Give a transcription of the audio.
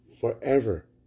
Forever